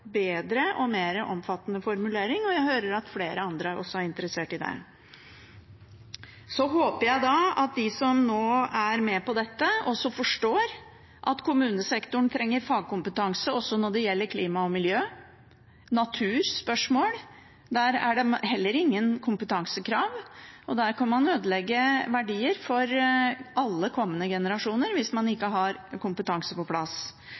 bedre og mer omfattende formulering. Jeg hører at flere andre også er interessert i det. Jeg håper at de som nå er med på dette, forstår at kommunesektoren trenger fagkompetanse også når det gjelder spørsmål om klima og miljø og natur. Der er det heller ingen kompetansekrav, og der kan man ødelegge verdier for alle kommende generasjoner hvis man ikke har kompetanse på plass.